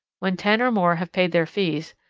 when ten or more have paid their fees,